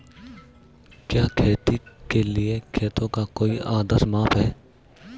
क्या खेती के लिए खेतों का कोई आदर्श माप है?